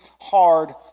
hard